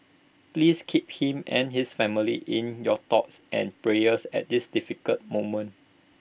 please keep him and his family in your thoughts and prayers at this difficult moment